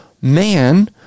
man